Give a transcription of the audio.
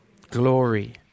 Glory